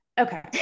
Okay